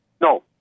No